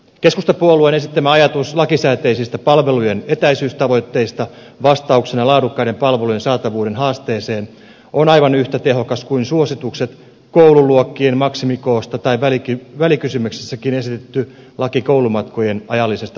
keskustapuolueen esittämä ajatus lakisääteisistä palvelujen etäisyystavoitteista vastauksena laadukkaiden palvelujen saatavuuden haasteeseen on aivan yhtä tehokas kuin suositukset koululuokkien maksimikoosta tai välikysymyksessäkin esitetty laki koulumatkojen ajallisesta pituudesta